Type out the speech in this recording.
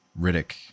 Riddick